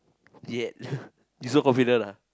yet you so confident ah